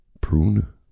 prune